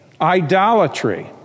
Idolatry